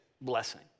blessing